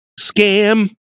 Scam